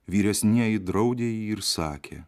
vyresnieji draudė jį ir sakė